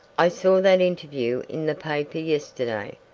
i saw that interview in the paper yesterday,